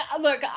look